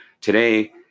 today